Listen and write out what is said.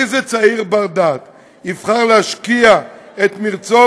איזה צעיר בר-דעת יבחר להשקיע את מרצו